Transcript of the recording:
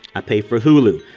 i pay for hulu.